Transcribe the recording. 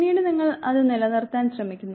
പിന്നീട് നിങ്ങൾ അത് നിലനിർത്താൻ ശ്രമിക്കുന്നു